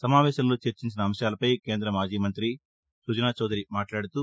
సమావేశంలో చర్చించిన అంశాలపై కేంద మాజీమంతి సుజనాచౌదరి మాట్లాడుతూ